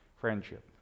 Friendship